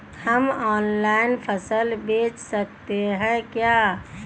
हम ऑनलाइन फसल बेच सकते हैं क्या?